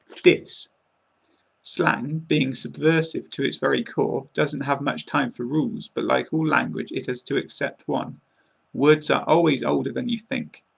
diss slang, being subversive to its very core, doesn't have much time for rules but like all language it has to accept one words are always older than you think.